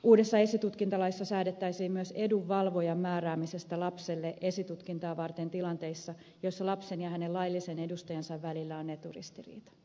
uudessa esitutkintalaissa säädettäisiin myös edunvalvojan määräämisestä lapselle esitutkintaa varten tilanteissa joissa lapsen ja hänen laillisen edustajansa välillä on eturistiriita